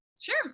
Sure